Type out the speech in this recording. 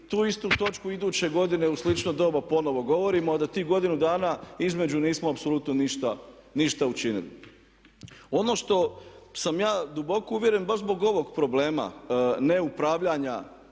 tu istu točku iduće godine u slično doba ponovno govorimo a da tih godinu dana između nismo apsolutno ništa učinili. Ono što sam ja duboko uvjeren baš zbog ovog problema neupravljanja